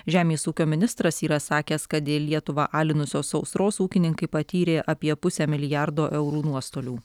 žemės ūkio ministras yra sakęs kad dėl lietuvą alinusios sausros ūkininkai patyrė apie pusę milijardo eurų nuostolių